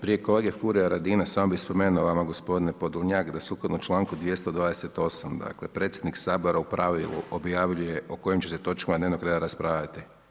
Prije kolege Furia Radina samo bih spomenuo evo gospodine Podolnjak da sukladno članku 228. dakle, predsjednik Sabora u pravilu objavljuje o kojim će se točkama dnevnog reda raspravljati.